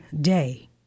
day